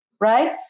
Right